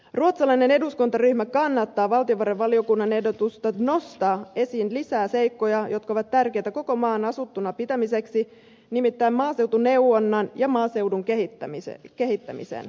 ruotsalainen eduskuntaryhmä kannattaa valtiovarainvaliokunnan ehdotusta nostaa esiin lisää seikkoja jotka ovat tärkeitä koko maan asuttuna pitämiseksi nimittäin maaseutuneuvonnan ja maaseudun kehittämisen